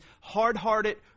hard-hearted